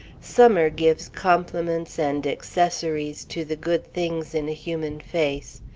summer gives complements and accessories to the good things in a human face.